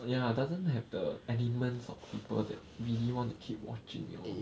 ya doesn't have the elements of people that really want to keep watching lor